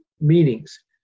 meanings